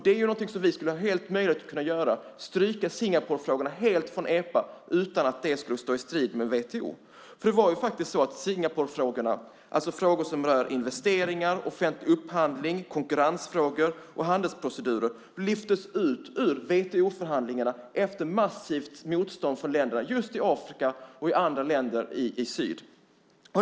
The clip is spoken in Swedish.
Det skulle vara helt möjligt att stryka Singaporefrågorna helt från EPA utan att det skulle stå i strid med WTO. Det var Singaporefrågorna, alltså frågor som rör investeringar, offentlig upphandling, konkurrensfrågor och handelsprocedurer lyftes ut ur WTO-förhandlingarna efter massivt motstånd från länderna i Afrika och i andra länder i syd.